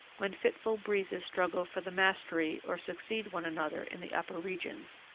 when fitful breezes struggle for the mastery or succeed one another in the upper regions.